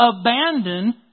abandon